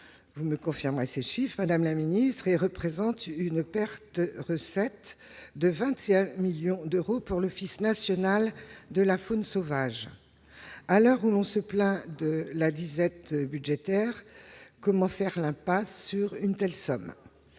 vous me confirmerez ce chiffre, madame la secrétaire d'État -, soit une perte de recettes de 21 millions d'euros pour l'Office national de la chasse et de la faune sauvage. À l'heure où l'on se plaint de la disette budgétaire, comment faire l'impasse sur une telle somme ?